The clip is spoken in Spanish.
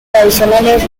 tradicionales